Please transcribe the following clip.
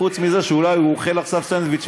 חוץ מזה שאולי הוא אוכל עכשיו סנדוויץ',